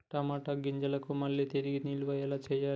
టమాట గింజలను మళ్ళీ తిరిగి నిల్వ ఎలా చేయాలి?